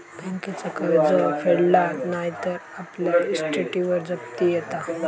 बँकेचा कर्ज फेडला नाय तर आपल्या इस्टेटीवर जप्ती येता